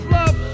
love